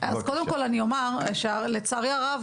קודם כל אומר שלצערי הרב,